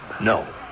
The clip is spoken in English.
No